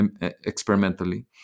experimentally